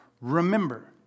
Remember